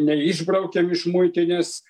neišbraukiam iš muitinės